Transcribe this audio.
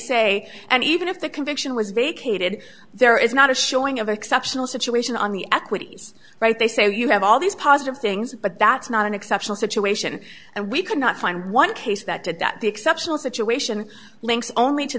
say and even if the conviction was vacated there is not a showing of exceptional situation on the equities right they say you have all these positive things but that's not an exceptional situation and we cannot find one case that did that the exceptional situation links only to